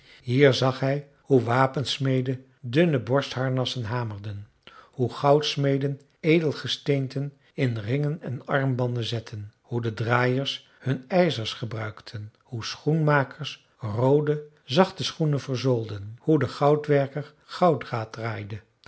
hier zag bij hoe wapensmeden dunne borstharnassen hamerden hoe goudsmeden edelgesteenten in ringen en armbanden zetten hoe de draaiers hun ijzers gebruikten hoe schoenmakers roode zachte schoenen verzoolden hoe de goudwerker